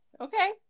Okay